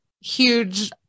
huge